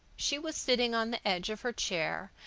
she was sitting on the edge of her chair,